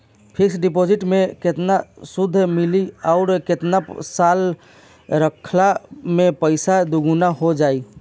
Fix deposit मे केतना सूद मिली आउर केतना साल रखला मे पैसा दोगुना हो जायी?